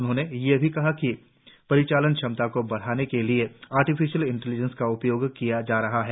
उन्होंने यह भी कहा कि परिचालन क्षमताओं को बढ़ाने के लिए आर्टिफिशियल इंटेलिजेंस का उपयोग किया जा रहा है